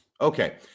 Okay